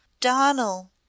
Donal